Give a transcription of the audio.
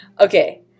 Okay